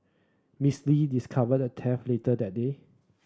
Miss Lee discovered the theft later that day